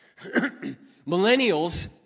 Millennials